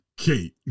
Kate